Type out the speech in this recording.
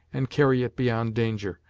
and carry it beyond danger,